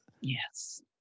Yes